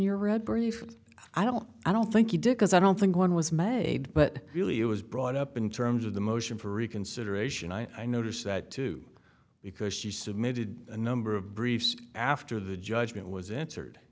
your red briefs i don't i don't think you do because i don't think one was made but really it was brought up in terms of the motion for reconsideration i noticed that too because she submitted a number of briefs after the judgment was entered